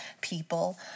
people